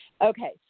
Okay